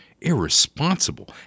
irresponsible